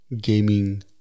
gaming